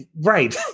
Right